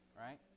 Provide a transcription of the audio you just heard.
right